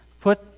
put